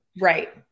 Right